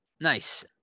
nice